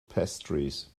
pastries